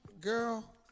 Girl